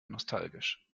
nostalgisch